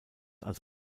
als